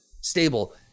stable